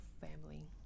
family